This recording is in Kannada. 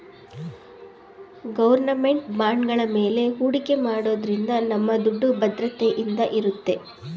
ಗೌರ್ನಮೆಂಟ್ ಬಾಂಡ್ಗಳ ಮೇಲೆ ಹೂಡಿಕೆ ಮಾಡೋದ್ರಿಂದ ನಮ್ಮ ದುಡ್ಡು ಭದ್ರತೆಯಿಂದ ಇರುತ್ತೆ